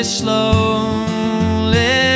slowly